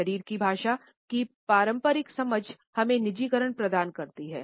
शरीर की भाषा की पारंपरिक समझ हमें निजीकरण प्रदान करती हैं